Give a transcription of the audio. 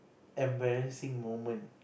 embarrassing moment